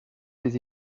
ses